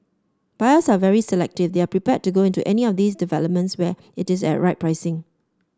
buyers are very selective they are prepared to go into any of these developments where it is at right pricing